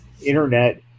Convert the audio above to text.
Internet